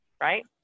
right